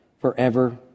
forever